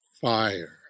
fire